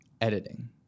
editing